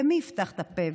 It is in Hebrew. ומי יפתח את הפה?